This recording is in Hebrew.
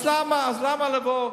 אז למה לבוא?